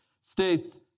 states